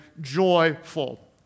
joyful